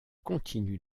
continue